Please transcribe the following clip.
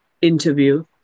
interview